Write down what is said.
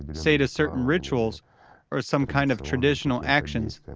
say, to certain rituals or some kind of traditional actions,